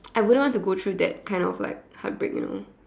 I wouldn't want to go through that kind of like heartbreak you know